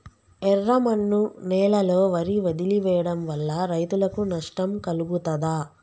ఎర్రమన్ను నేలలో వరి వదిలివేయడం వల్ల రైతులకు నష్టం కలుగుతదా?